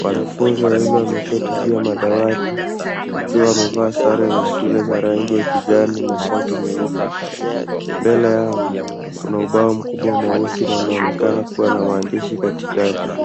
Wanafunzi wawili wameketi juu ya madawati wakiwa wamevaa sare za shule za rangi ya kijani na shati nyeupe. Mbele yao kuna ubao mkubwa mweusi na unaonekana kuwa na maandishi katikati.